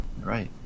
Right